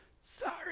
sorry